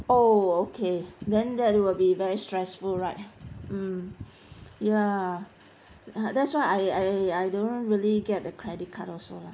oh okay then that will be very stressful right mm ya that's why I I I don't really get a credit card also lah